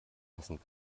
passend